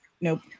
Nope